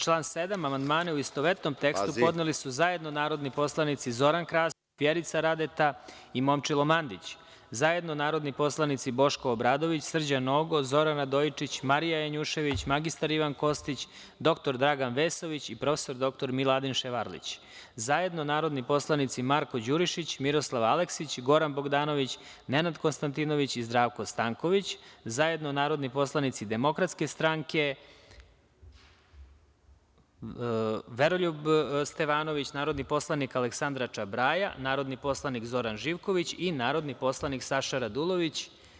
Na član 7. amandmane u istovetnom tekstu podneli su zajedno narodni poslanici Zoran Krasić, Vjerica Radeta i Momčilo Mandić, zajedno narodni poslanici Boško Obradović, Srđan Nogo, Zoran Radojičić, Marija Janjušević, mr Ivan Kostić, dr Dragan Vesović i prof. dr Miladin Ševarlić, zajedno narodni poslanici Marko Đurišić, Miroslav Aleksić, Goran Bogdanović, Nenad Konstantinović i Zdravko Stanković, zajedno narodni poslanici DS, narodni poslanik Veroljub Stevanović, narodni poslanik Aleksandra Čabraja, narodni poslanik Zoran Živković i narodni poslanik Saša Radulović.